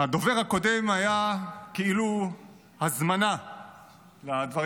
הדובר הקודם היה כאילו הזמנה לדברים